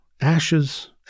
ashes